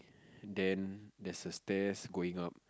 then there's a stairs going up